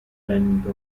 vento